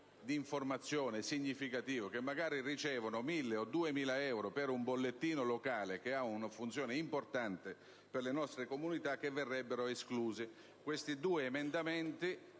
di informazione significativo (che magari ricevono 1.000 o 2.000 euro per un bollettino locale, che ha una funzione importante per le nostre comunità), che verrebbero escluse. Chiedo al